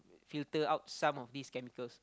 filter out some of these chemicals